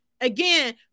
Again